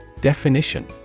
Definition